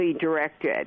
directed